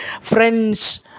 friends